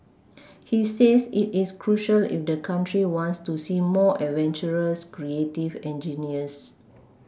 he says it is crucial if the country wants to see more adventurous creative engineers